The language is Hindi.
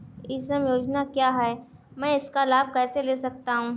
ई श्रम योजना क्या है मैं इसका लाभ कैसे ले सकता हूँ?